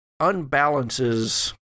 unbalances